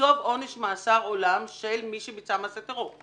תקצוב עונש מאסר עולם של מי שביצע מעשה טרור?